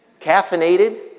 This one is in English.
caffeinated